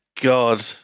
God